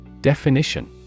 Definition